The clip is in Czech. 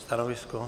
Stanovisko?